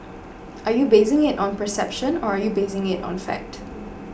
are you basing it on perception or are you basing it on fact